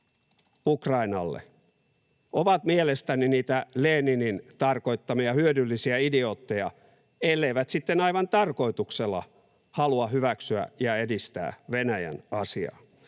Ukrainalle, ovat mielestäni niitä Leninin tarkoittamia hyödyllisiä idiootteja, elleivät sitten aivan tarkoituksella halua hyväksyä ja edistää Venäjän asiaa,